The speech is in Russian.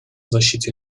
защите